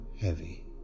heavy